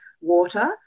water